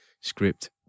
script